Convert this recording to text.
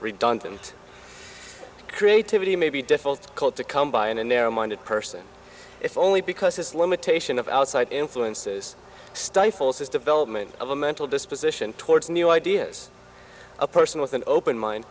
redundant creativity may be default called to come by in a narrow minded person if only because this limitation of outside influences stifles his development of a mental disposition towards new ideas a person with an open mind